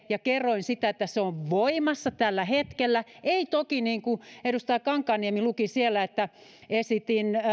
ja kerroin että se on voimassa tällä hetkellä ei toki niin kuin edustaja kankaanniemi luki siellä että esitin